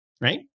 right